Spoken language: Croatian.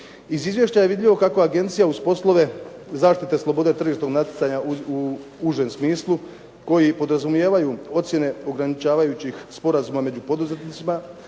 Iz izvješća je vidljivo kako agencija uz poslove zaštite slobode tržišnog natjecanja u užem smislu, koji podrazumijevaju ocjene ograničavajućih sporazuma među poduzetnicima,